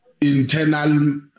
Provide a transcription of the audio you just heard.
internal